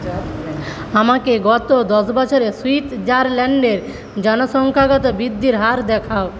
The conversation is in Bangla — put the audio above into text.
আমাকে গত দশ বছরে সুইজারল্যাণ্ডের জনসংখ্যাগত বৃদ্ধির হার দেখাও